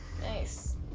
Nice